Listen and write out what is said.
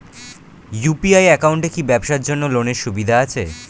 UPI একাউন্টে কি ব্যবসার জন্য লোনের সুবিধা আছে?